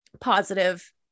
positive